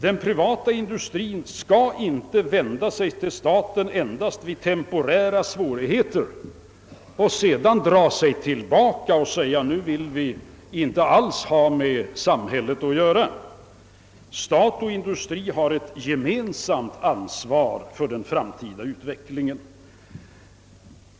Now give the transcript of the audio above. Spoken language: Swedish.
Den privata industrien skall inte vända sig till staten endast vid temporära svårigheter för att sedan dra sig tillbaka och säga att den inte alls vill ha med staten att göra. Stat och industri har ett gemensamt ansvar för den framtida utvecklingen.